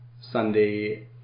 Sunday